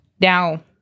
Now